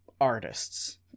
artists